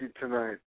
tonight